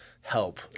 help